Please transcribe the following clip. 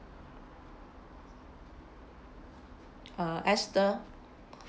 err esther